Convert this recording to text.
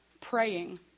Praying